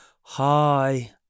hi